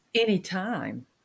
anytime